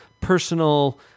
personal